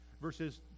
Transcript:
verses